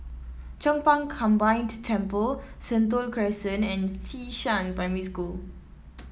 Chong Pang Combined Temple Sentul Crescent and Xishan Primary School